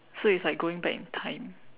so it's like going back in time